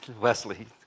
Wesley